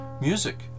music